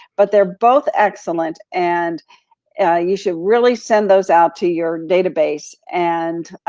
but they're both excellent and you should really send those out to your database and